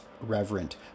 reverent